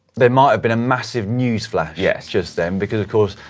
there might have been a massive newsflash yeah just then because, of course,